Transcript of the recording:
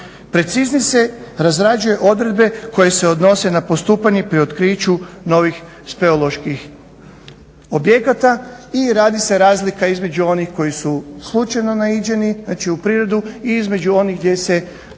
Preciznije se razrađuju odredbe koje se odnose na postupanje pri otkriću novih speleoloških objekata i radi se razlika između onih koji su slučajno naiđeni, znači u prirodu i između onih gdje se obavljaju